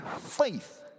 faith